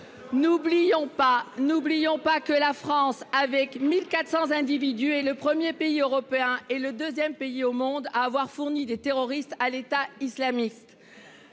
n'oublions pas que la France avec 1400 individus est le 1er pays européen et le 2ème pays au monde à avoir fourni des terroristes à l'état islamiste.